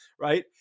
right